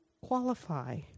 qualify